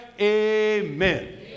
Amen